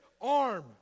arm